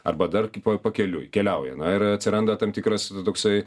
arba dar ki pa pakeliui keliauja na ir atsiranda tam tikras ti toksai